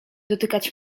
dotykać